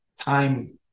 time